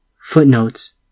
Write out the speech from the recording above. Footnotes